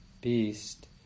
beast